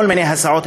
כל מיני הסעות,